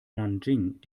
nanjing